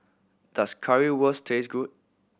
does Currywurst taste good